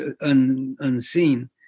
unseen